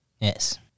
Yes